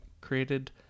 created